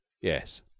Yes